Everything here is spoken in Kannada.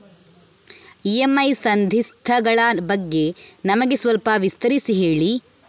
ಇ.ಎಂ.ಐ ಸಂಧಿಸ್ತ ಗಳ ಬಗ್ಗೆ ನಮಗೆ ಸ್ವಲ್ಪ ವಿಸ್ತರಿಸಿ ಹೇಳಿ